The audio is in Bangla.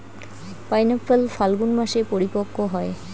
পাইনএপ্পল ফাল্গুন মাসে পরিপক্ব হয়